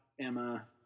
Emma